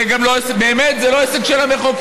זה גם לא עסק של המחוקק.